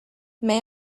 may